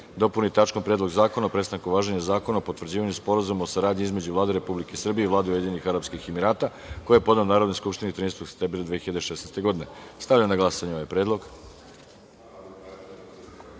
dopuni tačkom - Predlog zakona o prestanku važenja Zakona o potvrđivanju Sporazuma o saradnji između Vlade Republike Srbije i Vlade Ujedinjenih Arapskih Emirata, koji je podneo Narodnoj skupštini 13. septembra 2016. godine. Stavljam na glasanje ovaj